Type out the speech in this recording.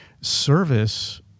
service